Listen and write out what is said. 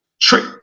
trick